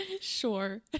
sure